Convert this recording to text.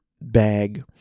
bag